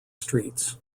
streets